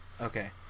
Okay